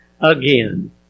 again